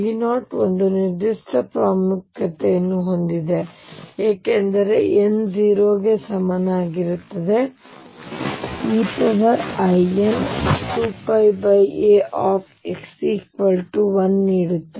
ಈಗ V0 ಒಂದು ನಿರ್ದಿಷ್ಟ ಪ್ರಾಮುಖ್ಯತೆಯನ್ನು ಹೊಂದಿದೆ ಏಕೆಂದರೆ n 0 ಗೆ ಸಮನಾಗಿರುತ್ತದೆ ನನಗೆ ein2πax1 ನೀಡುತ್ತದೆ